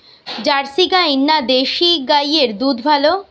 Jersey গাই না দেশী গাইয়ের দুধ ভালো?